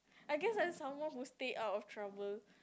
I guess I'm someone who stay out of trouble